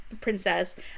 princess